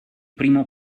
primo